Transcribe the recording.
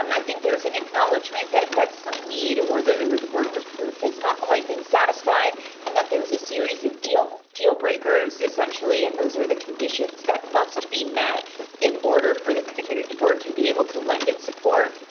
um i think there's an acknowledgement that that some need or that we were, the burden of proof is not quite been satisfied and that there was a series of deal deal breakers essentially. and those are the conditions that must be met in order for the community board to be able to lend it support.